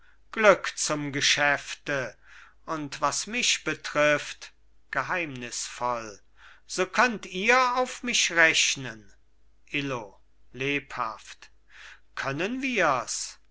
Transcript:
glück zum geschäfte und was mich betrifft geheimnisvoll so könnt ihr auf mich rechnen illo lebhaft können wirs